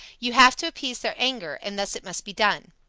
you have to appease their anger, and thus it must be done